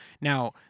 Now